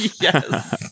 Yes